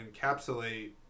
encapsulate